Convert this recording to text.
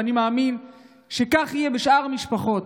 ואני מאמין שכך יהיה בשאר המשפחות.